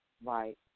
Right